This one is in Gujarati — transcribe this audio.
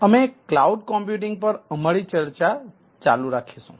અમે ક્લાઉડ કમ્પ્યુટિંગ પર અમારી ચર્ચા ચાલુ રાખીશું